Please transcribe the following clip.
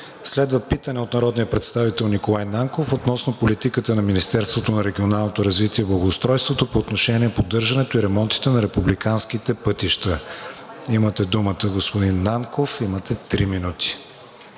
Следва питане от народния представител Николай Нанков относно политиката на Министерството на регионалното развитие и благоустройството по отношение поддържането и ремонтите на републиканските пътища. Имате думата, господин Нанков. Имате три минути.